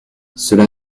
cela